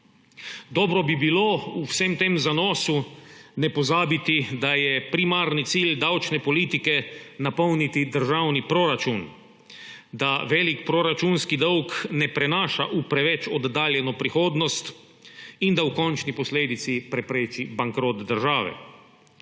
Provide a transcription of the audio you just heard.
Dobro bi bilo v vsem tem zanosu ne pozabiti, da je primarni cilj davčne politike napolniti državni proračun, da velikega proračunskega dolga ne prenaša v preveč oddaljeno prihodnost in da v končni posledici prepreči bankrot države.